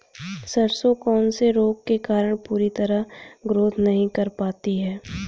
सरसों कौन से रोग के कारण पूरी तरह ग्रोथ नहीं कर पाती है?